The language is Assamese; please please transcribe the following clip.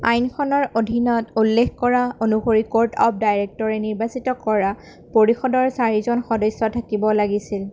আইনখনৰ অধীনত উল্লেখ কৰা অনুসৰি ক'ৰ্ট অফ্ ডাইৰেক্টৰে নিৰ্বাচিত কৰা পৰিষদৰ চাৰিজন সদস্য থাকিব লাগিছিল